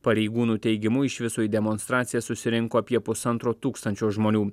pareigūnų teigimu iš viso į demonstraciją susirinko apie pusantro tūkstančio žmonių